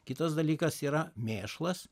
kitas dalykas yra mėšlas